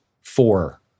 four